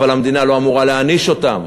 אבל המדינה לא אמורה להעניש אותם.